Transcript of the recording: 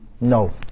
No